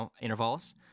intervals